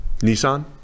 nissan